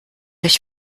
euch